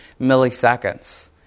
milliseconds